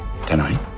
Tonight